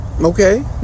Okay